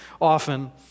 often